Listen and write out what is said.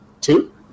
Two